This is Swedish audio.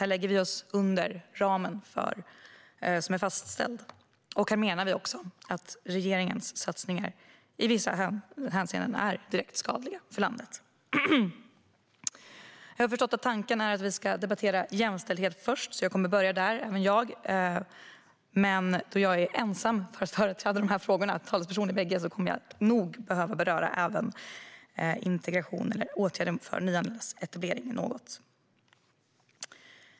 Här lägger vi oss under den fastställda ramen. Vi menar också att regeringens satsningar i vissa hänseenden är direkt skadliga för landet. Tanken är att vi först ska debattera jämställdhet. Jag kommer alltså att börja där. Men då jag är ensam företrädare för de här frågorna och talesperson i bägge kommer jag nog att behöva beröra även integration och åtgärder för nyanländas etablering.